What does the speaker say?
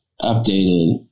updated